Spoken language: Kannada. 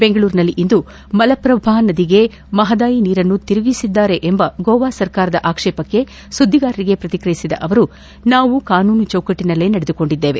ಬೆಂಗಳೂರಿನಲ್ಲಿಂದು ಮಲಶ್ರಭ ನದಿಗೆ ಮಹಾದಾಯಿ ನೀರನ್ನು ತಿರುಗಿಸಿದ್ದಾರೆ ಎಂಬ ಗೋವಾ ಸರ್ಕಾರದ ಆಕ್ಷೇಪಕ್ಕೆ ಸುದ್ದಿಗಾರರಿಗೆ ಪ್ರಕಿಕ್ರಿಯಿಸಿದ ಅವರು ನಾವು ಕಾನೂನು ಚೌಕಟ್ಟನಲ್ಲೇ ನಡೆದುಕೊಂಡಿದ್ದೇವೆ